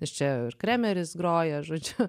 iš čia ir kremeris groja žodžiu